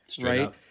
right